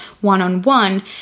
one-on-one